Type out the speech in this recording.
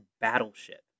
battleship